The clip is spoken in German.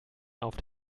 auf